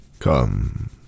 Come